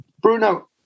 Bruno